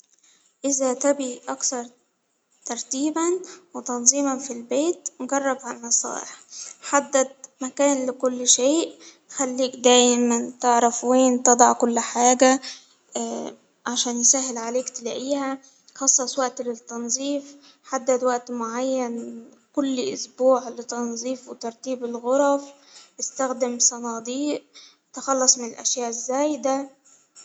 إذا تبغي أكثر ترتيبا وتنظيما في البيت جرب ها النصائح، حدد مكان لكل شيء، خليك دايما تعرف وين تضع كل حاجة، عشان يسهل عليك تلاقيها خصص وقت للتنضيف، حدد وقت معين كل إسبوع لتنظيف وترتيب الغرف وإستخدم صناديق تخلص من الأشياء الزايدة.